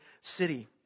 city